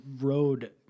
road